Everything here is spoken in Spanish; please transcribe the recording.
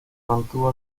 mantuvo